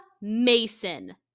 Mason